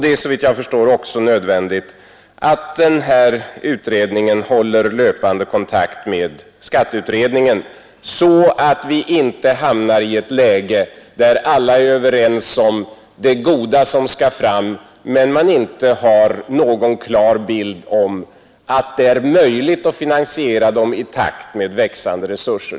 Det är såvitt jag förstår också nödvändigt att denna utredning håller löpande kontakt med skatteutredningen, så att vi inte hamnar i ett läge, där alla är överens om det goda som utredningens arbete kan leda till men där man inte har någon klar bild av huruvida det är möjligt att finansiera åtgärderna i takt med växande resurser.